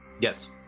Yes